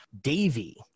Davy